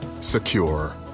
secure